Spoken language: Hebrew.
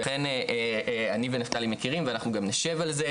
ולכן אני ונפתלי מכירים ואנחנו גם נשב על זה.